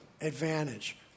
advantage